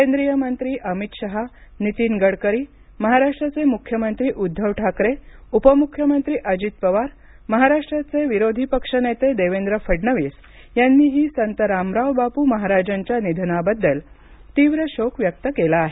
केंद्रीय मंत्री अमित शहा नितीन गडकरी महाराष्ट्राचे मुख्यमंत्री उद्धव ठाकरे उपमुख्यमंत्री अजित पवार महाराष्ट्राचे विरोधी पक्ष नेते देवेंद्र फडणवीस यांनीही संत रामरावबाप् महाराजांच्या निधना बद्दल तीव्र शोक व्यक्त केला आहे